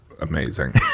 amazing